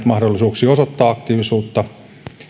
mahdollisuuksia osoittaa aktiivisuutta